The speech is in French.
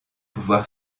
pouvoir